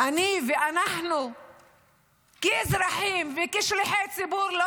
אני ואנחנו כאזרחים וכשליחי ציבור לא